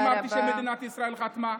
-- לא אמרתי שמדינת ישראל חתמה.